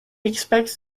expects